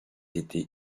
été